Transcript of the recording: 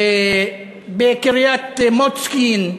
בקריית-מוצקין,